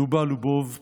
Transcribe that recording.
לובה לובוב פוטכין,